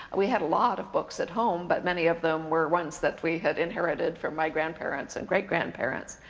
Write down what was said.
we had a lot of books at home, but many of them were ones that we had inherited from my grandparents and great-grandparents,